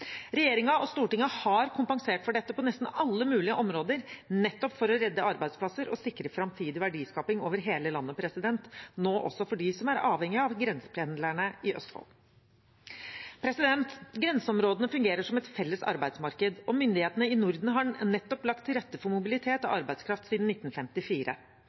og Stortinget har kompensert for dette på nesten alle mulige områder, nettopp for å redde arbeidsplasser og sikre framtidig verdiskaping over hele landet, nå også for dem som er avhengig av grensependlerne i Østfold. Grenseområdene fungerer som et felles arbeidsmarked, og myndighetene i Norden har nettopp lagt til rette for mobilitet og arbeidskraft siden 1954.